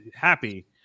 happy